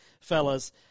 fellas